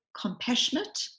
compassionate